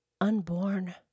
unborn